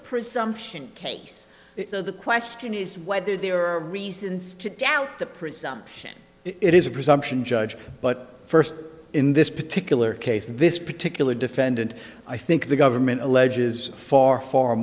presumption case so the question is whether there are reasons to doubt the presumption it is presumption judge but first in this particular case this particular defendant i think the government alleges far far